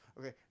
okay